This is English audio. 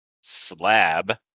slab